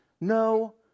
no